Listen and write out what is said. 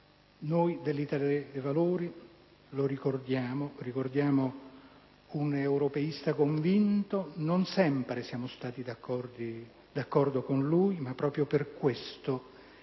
Noi, dell'Italia dei Valori, ricordiamo un europeista convinto. Non sempre siamo stati d'accordo con lui, ma proprio per questo